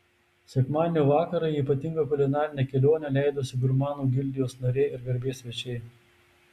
sekmadienio vakarą į ypatingą kulinarinę kelionę leidosi gurmanų gildijos nariai ir garbės svečiai